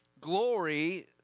glory